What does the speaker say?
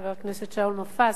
חבר הכנסת שאול מופז,